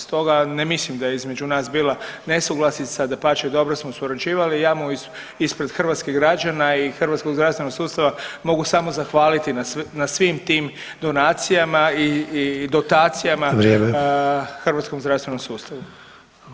Stoga ne mislim da je između nas bila nesuglasica dapače dobro smo surađivali i ja mu ispred hrvatskih građana i hrvatskog zdravstvenog sustava mogu samo zahvaliti na svim tim donacijama i dotacijama [[Upadica: Vrijeme.]] hrvatskom zdravstvenom sustavu.